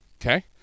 Okay